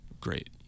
great